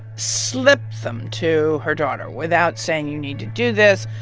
slipped them to her daughter without saying, you need to do this.